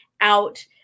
out